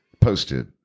posted